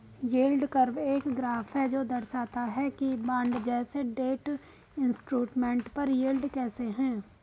yield curve एक graph है जो दर्शाता है कि बॉन्ड जैसे डेट इंस्ट्रूमेंट पर यील्ड कैसे है